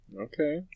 Okay